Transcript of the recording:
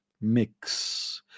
mix